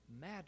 mad